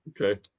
okay